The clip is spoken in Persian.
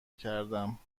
کردم